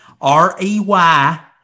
R-E-Y